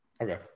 Okay